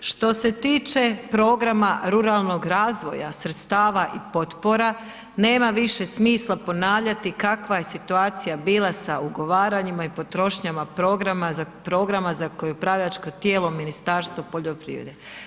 Što se tiče programa ruralnog razvoja, sredstava i potpora, nema više smisla ponavljati kakva je situacija bila sa ugovaranjima i potrošnjama programa za koje je upravljačko tijelo Ministarstvo poljoprivrede.